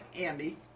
Andy